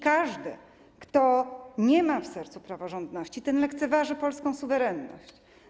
Każdy kto nie ma w sercu praworządności, lekceważy polską suwerenność.